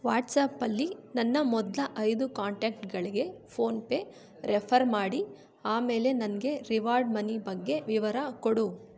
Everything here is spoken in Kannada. ವಾಟ್ಸಾಪಲ್ಲಿ ನನ್ನ ಮೊದಲ ಐದು ಕಾಂಟ್ಯಾಕ್ಟ್ಗಳಿಗೆ ಫೋನ್ಪೇ ರೆಫರ್ ಮಾಡಿ ಆಮೇಲೆ ನನಗೆ ರಿವಾರ್ಡ್ ಮನಿ ಬಗ್ಗೆ ವಿವರ ಕೊಡು